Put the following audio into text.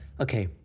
Okay